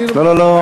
לא לא לא,